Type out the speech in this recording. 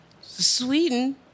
Sweden